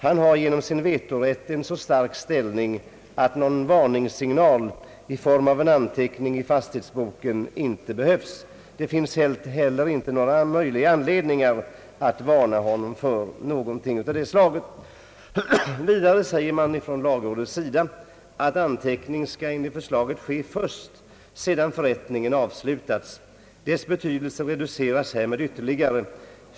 Han har genom sin vetorätt en så stark ställning att någon »varningssignal» i form av en anteckning i fastighetsboken inte behövs. Det finns inte heller någon anledning att varna honom för något av det slaget. Vidare säger lagrådet, att anteckning enligt förslaget skall ske först sedan förrättningen avslutats. Dess betydelse reduceras härmed ytterligare.